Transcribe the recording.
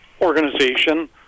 organization